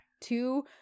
two